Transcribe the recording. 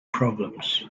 problems